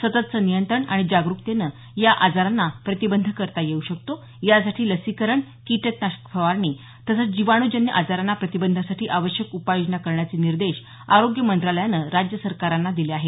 सततचं नियंत्रण आणि जागरुकतेनं या आजारांना प्रतिबंध करता येऊ शकतो यासाठी लसीकरण कीटनाशक फवारणी तसंच जीवाणूजन्य आजारांना प्रतिबंधासाठी आवश्यक उपाययोजना करण्याचे निर्देश आरोग्य मंत्रालयानं राज्य सरकारांना दिले आहेत